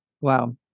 Wow